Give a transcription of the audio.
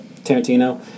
Tarantino